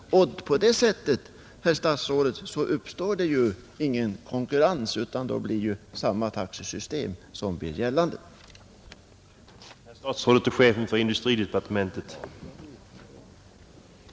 På det sättet, herr statsråd, uppstår ju ingen som helst konkurrens utan samma taxehöjning blir gällande, över hela landet, med kanske något enstaka undantag.